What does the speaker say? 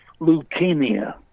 leukemia